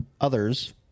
others